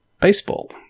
Baseball